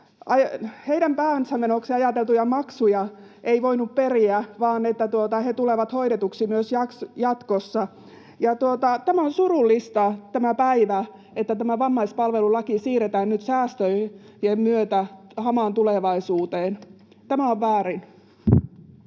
pään menoksi ajateltuja maksuja ei voinut periä, vaan he tulevat hoidetuiksi myös jatkossa. On surullinen tämä päivä, että tämä vammaispalvelulaki siirretään nyt säästöjen myötä hamaan tulevaisuuteen. Tämä on väärin.